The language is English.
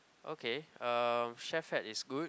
okay um Chef Hat is good